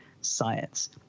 science